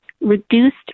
reduced